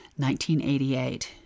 1988